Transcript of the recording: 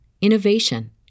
innovation